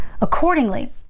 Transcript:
accordingly